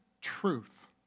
truth